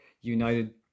united